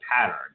pattern